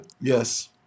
Yes